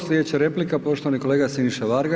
Slijedeća replika poštovani kolega Siniša Varga.